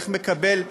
איך מקבל,